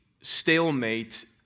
stalemate